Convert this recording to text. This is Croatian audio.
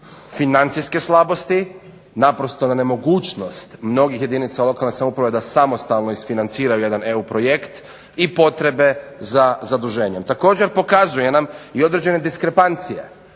financijske slabosti, naprosto na nemogućnost mnogih jedinica lokalne samouprave da samostalno isfinanciraju jedan EU projekt i potrebe za zaduženjem. Također, pokazuje nam i određene diskrepancije